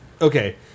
Okay